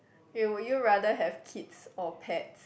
you would you rather have kids or pets